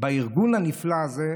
שבארגון הנפלא הזה,